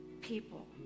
people